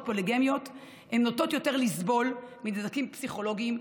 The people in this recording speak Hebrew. פוליגמיות הוא שהן נוטות יותר לסבול מנזקים פסיכולוגיים,